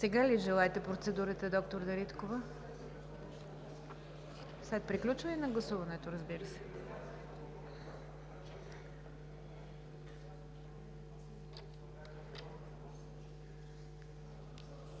Сега ли желаете процедурата, доктор Дариткова? След приключване на гласуването. Прекратете